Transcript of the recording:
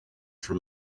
from